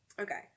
Okay